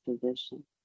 position